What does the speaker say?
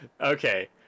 Okay